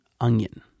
onion